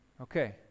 okay